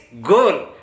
goal